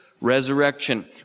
resurrection